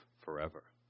forever